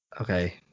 Okay